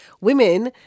Women